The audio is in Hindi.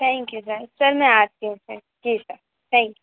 थैंक यू सर सर मैं आती हूँ ठीक है थैंक यू